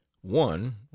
one